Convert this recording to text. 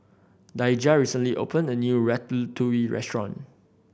Daijah recently opened a new Ratatouille Restaurant